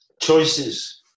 choices